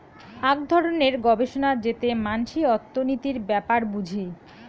আক ধরণের গবেষণা যেতে মানসি অর্থনীতির ব্যাপার বুঝি